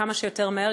כמה שיותר מהר,